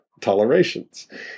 tolerations